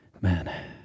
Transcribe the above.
man